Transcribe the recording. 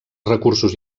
recursos